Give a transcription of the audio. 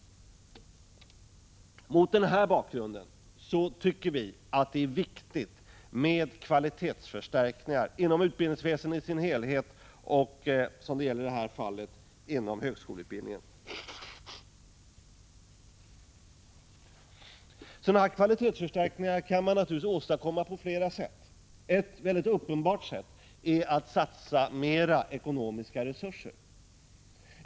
Mot den här bakgrunden tycker centerpartiet att det är viktigt med kvalitetsförstärkningar inom utbildningsväsendet i dess helhet, liksom i det här aktuella fallet inom högskoleutbildningen. Sådana kvalitetsförstärkningar kan man naturligtvis åstadkomma på flera sätt. Ett mycket uppenbart sätt är att satsa mer ekonomiska resurser.